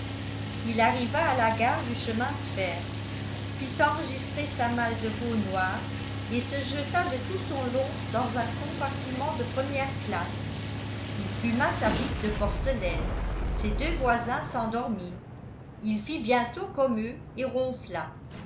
il arriva à la gare du chemin de fer fit enregistrer sa malle de veau noir et se jeta de tout son long dans un compartiment de première classe il fuma sa pipe de porcelaine ses deux voisins s'endormirent il fit bientôt comme eux et ronfla